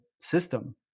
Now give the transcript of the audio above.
system